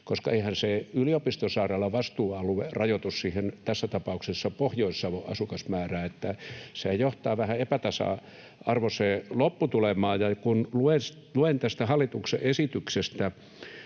Eihän se yliopistosairaalan vastuualue rajoitu siihen tässä tapauksessa Pohjois-Savon asukasmäärään, eli se johtaa vähän epätasa-arvoiseen lopputulemaan. Luen tästä hallituksen esityksestä